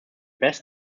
best